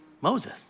Moses